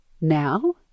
now